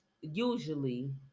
usually